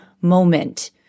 moment